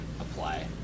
apply